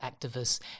activists